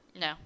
No